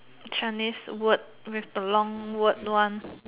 Chinese word with the long word one